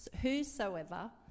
whosoever